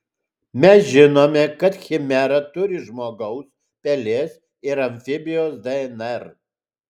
mes žinome kad chimera turi žmogaus pelės ir amfibijos dnr